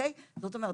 זאת אומרת,